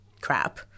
crap